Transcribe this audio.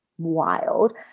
wild